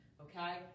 Okay